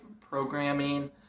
programming